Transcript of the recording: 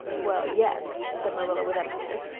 well, yes, said marilla with emphasis.